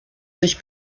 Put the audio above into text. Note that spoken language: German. sich